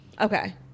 okay